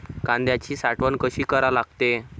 कांद्याची साठवन कसी करा लागते?